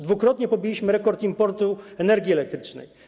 Dwukrotnie pobiliśmy rekord importu energii elektrycznej.